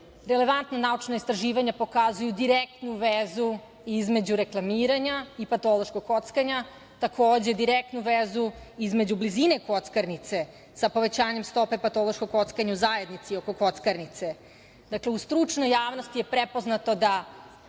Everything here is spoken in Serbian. Relevantna naučna istraživanja pokazuju direktnu vezu između reklamiranja i patološkog kockanja. Takođe, direktnu vezu između blizine kockarnice sa povećanjem stope patološkog kockanja u zajednici oko kockarnice. Dakle, u stručnoj javnosti je prepoznato da